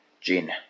gin